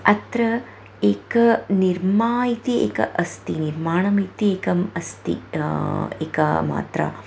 अत्र एक निर्मा इति एक अस्ति निर्माणम् इति एकम् अस्ति एका मात्रा